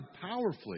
powerfully